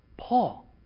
Paul